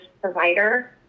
provider